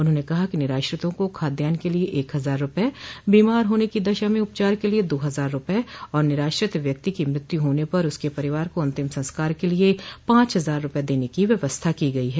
उन्होंने कहा कि निराश्रितों को खाद्यान के लिये एक हजार रूपये बीमार होने की दशा में उपचार के लिये दो हजार रूपये और निराश्रित व्यक्ति की मृत्यु होने पर उसके परिवार को अंतिम संस्कार के लिये पांच हजार रूपये देने की व्यवस्था की गई है